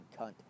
cunt